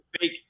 fake